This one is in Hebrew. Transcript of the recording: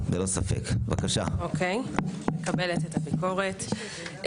מקבלת את הביקורת.